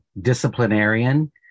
disciplinarian